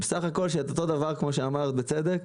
כמו שאמרת בצדק,